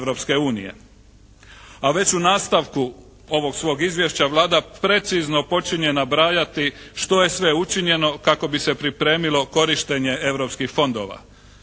A već u nastavku ovog svog izvješća Vlada precizno počinje nabrajati što je sve učinjeno kako bi se pripremilo korištenje europskih fondova.